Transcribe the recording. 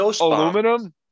aluminum